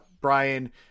Brian